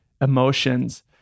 emotions